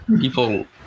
people